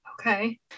Okay